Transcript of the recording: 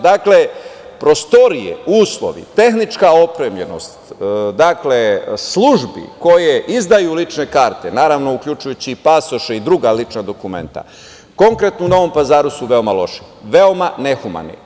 Dakle, prostorije, uslovi, tehnička opremljenost službi koje izdaju lične karte, naravno uključujući i pasoše i druga lična dokumenta, konkretno u Novom Pazaru, veoma su loše, veoma nehumane.